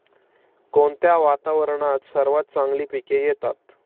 कोणत्या वातावरणात सर्वात चांगली पिके येतात?